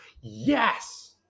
Yes